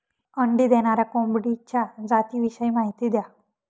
अंडी देणाऱ्या कोंबडीच्या जातिविषयी माहिती द्या